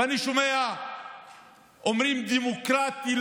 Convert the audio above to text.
ואני שומע שאומרים: דמוקרטי,